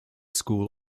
school